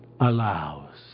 allows